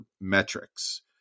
metrics